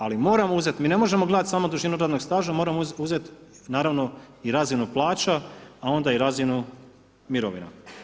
Ali moramo uzeti, mi ne možemo gledati samo dužinu radnog staža, moramo uzeti naravno i razinu plaća a onda i razinu mirovina.